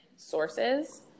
sources